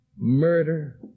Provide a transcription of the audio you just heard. Murder